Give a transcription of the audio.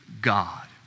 God